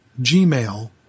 Gmail